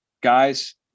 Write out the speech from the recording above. Guys